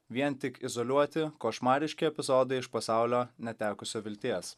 vien tik izoliuoti košmariški epizodai iš pasaulio netekusio vilties